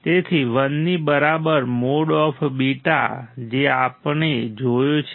તેથી 1 ની બરાબર મોડ ઓફ બીટા જે આપણે જોયો છે